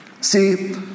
See